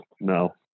No